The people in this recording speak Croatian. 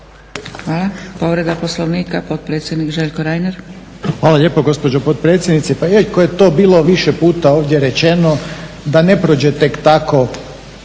Hvala. Povreda Poslovnika potpredsjednik Željko Reiner. **Reiner, Željko (HDZ)** Hvala lijepo gospođo potpredsjednice. Pa iako je to bilo više puta ovdje rečeno da ne prođe tek tako